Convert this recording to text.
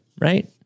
right